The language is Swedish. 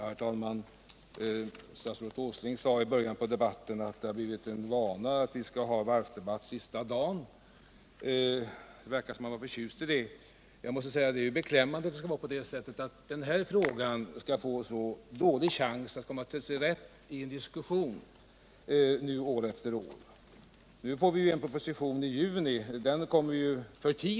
Herr talman! Statsrådet Åsling sade i början av debatten att det har blivit en vana att vi skall ha varvsdebatt sista dagen av riksmötet. Det verkade som om han var förtjust över det, men jag tycker det är beklämmande att den här frågan år efter år skall få så dålig chans att komma till sin rätt i en diskussion. Nu får vi en varvsproposition i juni.